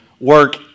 work